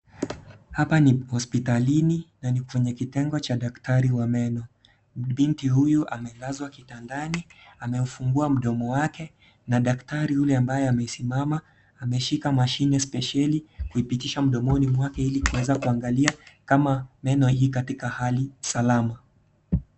Hapa ni hospitalini na ni kwenye kitengo cha daktari wa meno. Binti huyu amelazwa kitandani, amefungua mdomo wake na daktari yule ambaye amesimama, ameshika mashine spesheli, kuipitisha ,mdomoni mwake ili kuweza kuangalia kama meno ii katika hali salama.